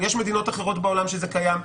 יש מדינות אחרות בעולם שזה קיים בהן.